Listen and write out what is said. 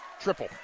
triple